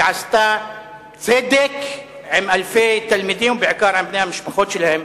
שעשתה צדק עם אלפי תלמידים ובעיקר עם בני המשפחות שלהם,